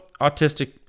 autistic